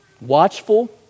Watchful